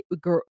girl